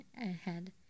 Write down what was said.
ahead